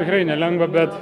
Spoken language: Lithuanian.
tikrai nelengva bet